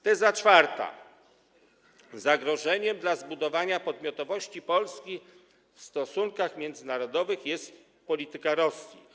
Teza czwarta: zagrożeniem dla zbudowania podmiotowości Polski w stosunkach międzynarodowych jest polityka Rosji.